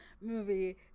movie